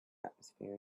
atmosphere